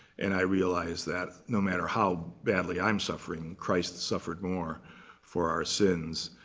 and i realize that no matter how badly i'm suffering, christ suffered more for our sins.